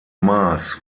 maß